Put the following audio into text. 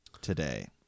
today